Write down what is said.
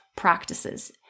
practices